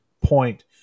point